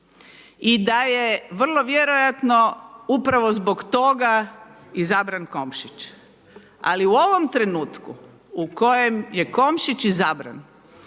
I da je vrlo vjerojatno upravo zbog toga izabran Komšić, ali u ovom trenutku u kojem je Komšić izabran